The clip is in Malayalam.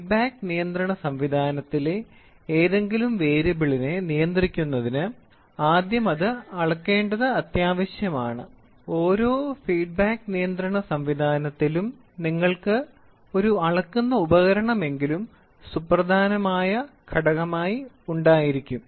ഫീഡ്ബാക്ക് നിയന്ത്രണ സംവിധാനത്തിലെ ഏതെങ്കിലും വേരിയബിളിനെ നിയന്ത്രിക്കുന്നതിന് ആദ്യം അത് അളക്കേണ്ടത് ആവശ്യമാണ് ഓരോ ഫീഡ്ബാക്ക് നിയന്ത്രണ സംവിധാനത്തിലും നിങ്ങൾക്ക് ഒരു അളക്കുന്ന ഉപകരണമെങ്കിലും സുപ്രധാന ഘടകമായി ഉണ്ടായിരിക്കും